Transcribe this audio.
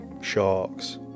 sharks